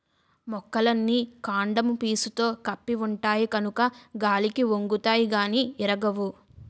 మొక్కలన్నీ కాండము పీసుతో కప్పి ఉంటాయి కనుక గాలికి ఒంగుతాయి గానీ ఇరగవు